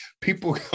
people